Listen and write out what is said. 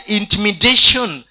intimidation